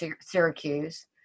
Syracuse